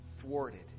thwarted